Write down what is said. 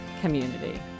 community